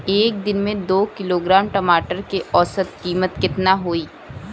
एक दिन में दो किलोग्राम टमाटर के औसत कीमत केतना होइ?